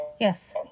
Yes